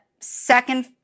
second